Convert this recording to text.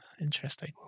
Interesting